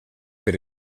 per